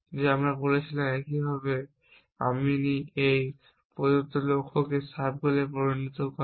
যে আমরা বলেছিলাম যে এইভাবে আপনি একটি প্রদত্ত লক্ষ্যকে সাব গোলে পরিণত করেন